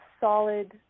solid